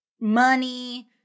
money